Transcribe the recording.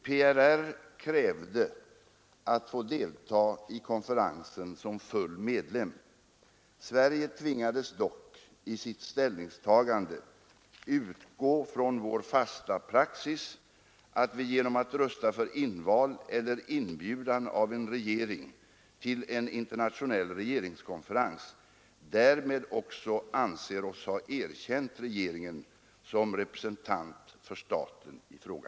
PRR krävde att få deltaga i konferensen som full medlem. Sverige tvingades dock i sitt ställningstagande utgå från vår fasta praxis att vi genom att rösta för inval eller inbjudan av en regering till en internationell regeringskonferens därmed också anser oss ha erkänt regeringen som representant för staten i fråga.